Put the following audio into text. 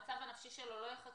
הרי המצב הנפשי שלו לא יחכה,